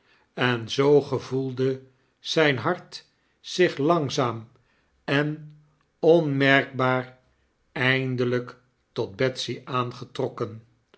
en zoo gevoelde zyn hart zich langzaamen onmerkbaar eindelyk tot betsy aangetrokken